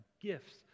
gifts